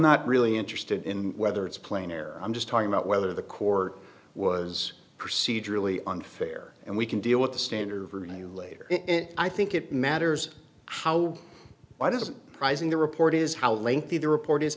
not really interested in whether it's plain or i'm just talking about whether the court was procedurally unfair and we can deal with the standard for you later i think it matters how why does an uprising the report is how lengthy the report is